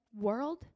world